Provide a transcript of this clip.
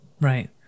right